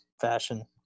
fashion